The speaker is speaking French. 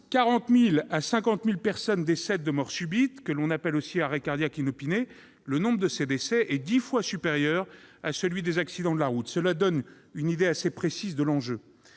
40 000 à 50 000 personnes décèdent de mort subite, que l'on appelle aussi arrêt cardiaque inopiné. Le nombre de ces décès est dix fois supérieur à celui des accidents de la route. Cela donne une idée assez précise de l'enjeu.